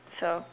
so